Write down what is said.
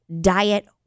diet